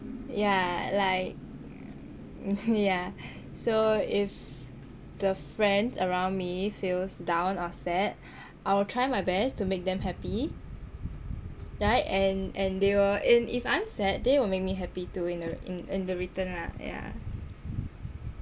yah like yah so if the friends around me feels down or sad I will try my best to make them happy right and and they will and if I'm sad they will make me happy too in the in in the return lah yah